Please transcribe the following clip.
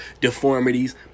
deformities